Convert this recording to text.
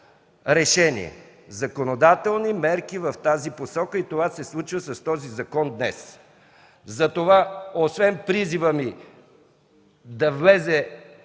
решение – законодателни мерки в тази посока. Това се случва с този закон днес. Освен призива ми да влезе